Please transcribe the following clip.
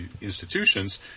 institutions